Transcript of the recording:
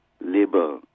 labor